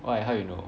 why how you know